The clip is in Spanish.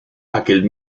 aquel